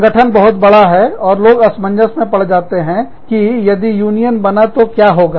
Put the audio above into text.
संगठन बहुत बड़ा है और लोग असमंजस आश्चर्यचकित हो जाते हैं कि यदि यूनियन बना तो क्या होगा